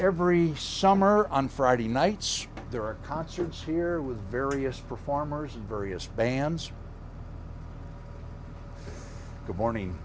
every summer on friday nights there are concerts here with various performers and various bands of morning